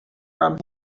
from